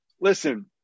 listen